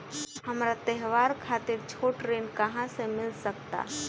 हमरा त्योहार खातिर छोट ऋण कहाँ से मिल सकता?